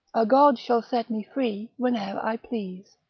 a god shall set me free whene'er i please.